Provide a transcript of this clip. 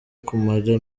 kumara